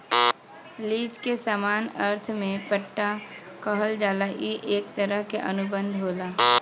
lease के सामान्य अर्थ में पट्टा कहल जाला ई एक तरह क अनुबंध होला